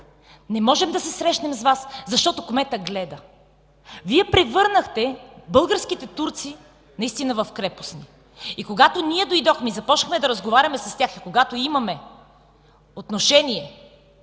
„Не можем да се срещнем с Вас, защото кметът гледа”. Вие превърнахте българските турци наистина в крепостни. Когато ние дойдохме и започнахме да разговаряме с тях, когато имаме отношение